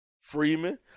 Freeman